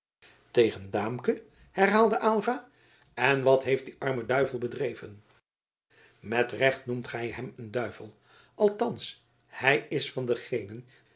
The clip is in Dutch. tegen daamke herhaalde aylva en wat heeft die arme duivel bedreven met recht noemt gij hem een duivel althans hij is van degenen